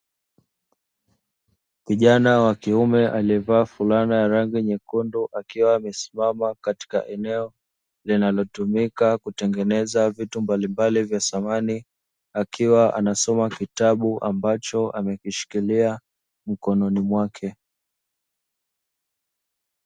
Kijana wa kiume aliovaa fulana ya rangi nyekundu akiwa amesimama kwenye eneo, linalotumika kutengeneza vitu mbalimbali vya samani akiwa anasoma kitabu, ambacho amekishikilia mkononi mwake.